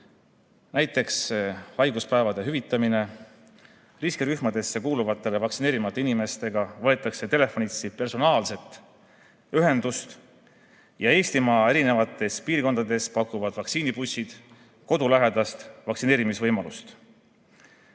näiteks haiguspäevade hüvitamine, riskirühmadesse kuuluvate vaktsineerimata inimestega võetakse telefonitsi personaalselt ühendust ja Eestimaa eri piirkondades pakuvad vaktsiinibussid kodulähedast vaktsineerimisvõimalust. Hea